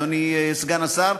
אדוני סגן השר,